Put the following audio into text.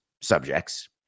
subjects